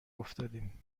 افتادیم